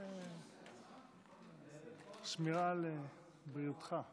גברתי המזכירה,